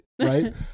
Right